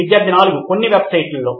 విద్యార్థి 4 కొన్ని వెబ్సైట్లలో